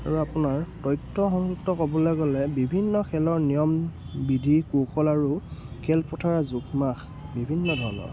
আৰু আপোনাৰ তথ্য সংযুক্ত ক'বলৈ গ'লে বিভিন্ন খেলৰ নিয়ম বিধি কৌশল আৰু খেলপথাৰৰ জোখ মাখ বিভিন্ন ধৰণৰ